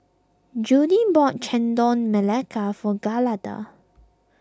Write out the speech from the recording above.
Judy bought Chendol Melaka for Giada